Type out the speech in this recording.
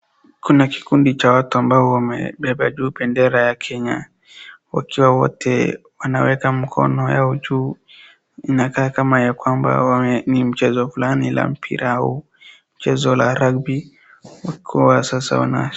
Kuna kikundi cha watu ambao wamebeba juu bendera ya Kenya, wakiwa wote wanaweka mkono yao juu inakaa kama ya kwamba ni mchezo fulani la mpira au mchezo la rugby huku sasa wana...